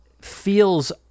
feels